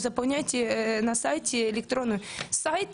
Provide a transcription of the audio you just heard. מתוך זה פעמיים אני נכנסתי בכל זאת פנימה,